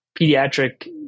pediatric